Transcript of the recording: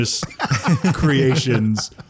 creations